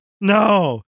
No